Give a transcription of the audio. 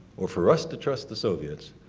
or for us to trust the soviets,